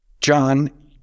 John